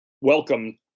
welcome